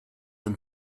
than